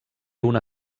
una